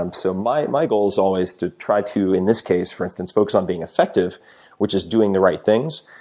um so my my goal is always to try to, in this case for instance, focus on being effective which is doing the right things.